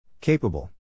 Capable